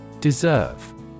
Deserve